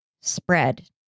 spread